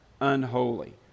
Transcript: unholy